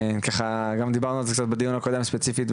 גם דיברנו על זה בדיון הקודם ספציפית,